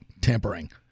tampering